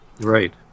Right